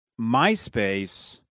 myspace